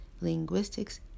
linguistics